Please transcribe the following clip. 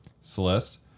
Celeste